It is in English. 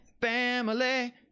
Family